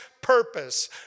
purpose